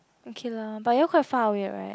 okay lah but then you all quite far away right